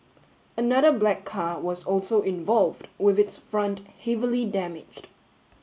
another black car was also involved with its front heavily damaged